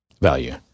value